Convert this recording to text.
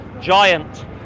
giant